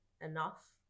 enough